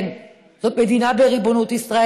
כן, זו מדינה בריבונות ישראל.